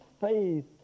faith